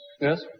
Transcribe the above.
Yes